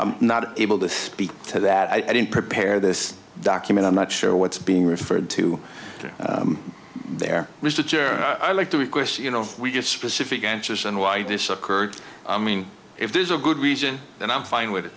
i'm not able to speak to that i didn't prepare this document i'm not sure what's being referred to there was the chair i like to request you know we just specific answers and why this occurred i mean if there's a good reason then i'm fine with it